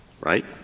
Right